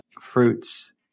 fruits